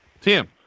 Tim